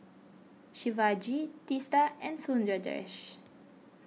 Shivaji Teesta and Sundaresh